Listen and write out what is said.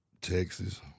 Texas